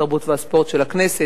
התרבות והספורט של הכנסת,